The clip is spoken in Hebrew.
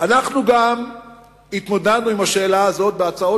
אנחנו גם התמודדנו עם השאלה הזאת בהצעות